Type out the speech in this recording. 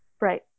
Right